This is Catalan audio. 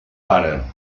pare